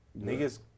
Niggas